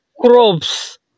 Crops